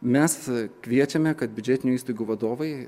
mes kviečiame kad biudžetinių įstaigų vadovai